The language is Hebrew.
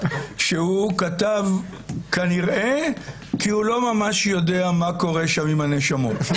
שהוא כתב כנראה כי הוא לא ממש יודע מה קורה שם עם הנשמות.